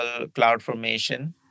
CloudFormation